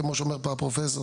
כמו שאומר פה הפרופסור.